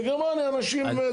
בגרמניה אנשים זה.